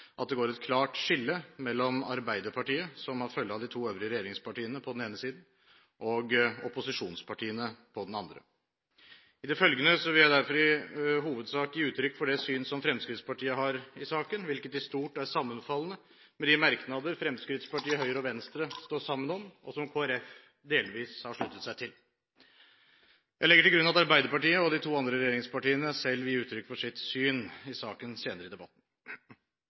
at det går et klart skille mellom Arbeiderpartiet, som har følge av de to øvrige regjeringspartiene på den ene siden, og opposisjonspartiene på den andre siden. I det følgende vil jeg derfor i hovedsak gi uttrykk for det syn som Fremskrittspartiet har i saken, hvilket i stort er sammenfallende med de merknader Fremskrittspartiet, Høyre og Venstre står sammen om, og som Kristelig Folkeparti delvis har sluttet seg til. Jeg legger til grunn at Arbeiderpartiet og de to andre regjeringspartiene selv vil gi uttrykk for sitt syn i saken senere i debatten.